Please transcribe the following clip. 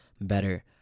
better